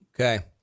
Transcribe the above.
Okay